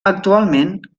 actualment